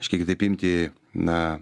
kažkiek kitaip imti na